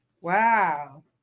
Wow